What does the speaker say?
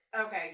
Okay